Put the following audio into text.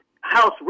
house